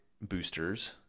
boosters